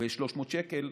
ב-300 שקלים,